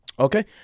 Okay